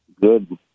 good